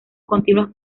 continuas